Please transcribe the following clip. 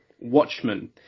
Watchmen